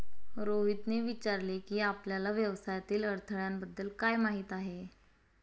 रोहितने विचारले की, आपल्याला व्यवसायातील अडथळ्यांबद्दल काय माहित आहे?